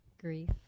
grief